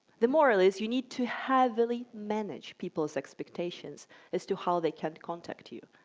the moral is you need to heavily manage people's expectations as to how they can contact you.